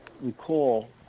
recall